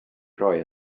roi